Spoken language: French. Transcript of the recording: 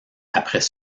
après